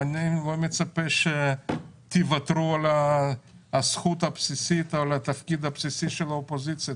אני לא מצפה שתוותרו על התפקיד הבסיסי של האופוזיציה,